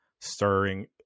starring